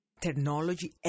technology